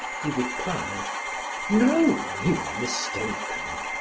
he replied no, you are mistaken.